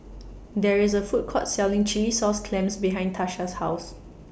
There IS A Food Court Selling Chilli Sauce Clams behind Tasha's House